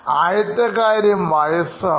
ആദ്യത്തെ കാര്യം വയസ്സാണ്